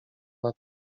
nad